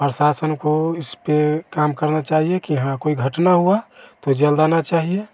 प्रशासन को इसपर काम करना चाहिए कि हाँ कोई घटना हुआ तो जल्द आना चाहिए